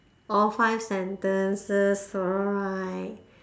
all five sentences alright